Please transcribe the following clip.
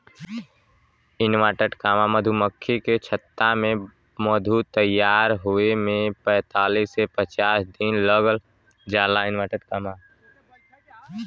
मधुमक्खी के छत्ता में मधु तैयार होये में पैंतालीस से पचास दिन लाग जाला